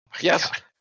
Yes